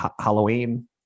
Halloween